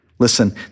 Listen